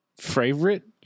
Favorite